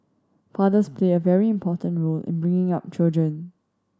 fathers play a very important role in bringing up children